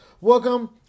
Welcome